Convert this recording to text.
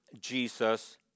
Jesus